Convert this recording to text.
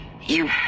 You